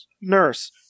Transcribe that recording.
nurse